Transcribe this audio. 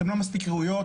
אתן לא מספיק ראויות,